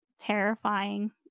terrifying